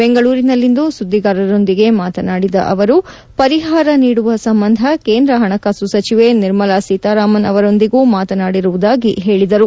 ಬೆಂಗಳೂರಿನಲ್ಲಿಂದು ಸುದ್ದಿಗಾರರೊಂದಿಗೆ ಮಾತನಾಡಿದ ಅವರುಪರಿಹಾರ ನೀಡುವ ಸಂಬಂಧ ಕೇಂದ್ರ ಹಣಕಾಸು ಸಚಿವೆ ನಿರ್ಮಲಾ ಸೀತಾರಾಮನ್ ಅವರೊಂದಿಗೂ ಮಾತನಾಡಿರುವುದಾಗಿ ಹೇಳಿದರು